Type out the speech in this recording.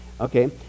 Okay